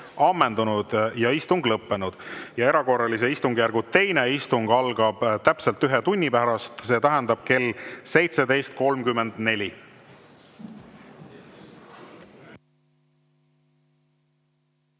ammendunud ja istung lõppenud. Erakorralise istungjärgu teine istung algab täpselt ühe tunni pärast, see tähendab kell 17.34.